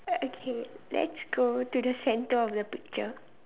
okay let's go to the centre of the picture